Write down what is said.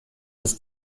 des